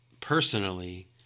personally